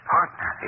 Partner